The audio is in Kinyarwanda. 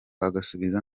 agasubiza